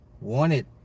Wanted